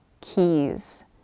keys